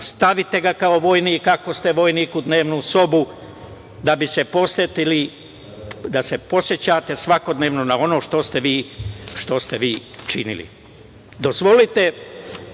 stavite ga kao vojnik, ako ste vojnik, u dnevnu sobu da se podsećate svakodnevno na ono što ste vi činili. Dozvolite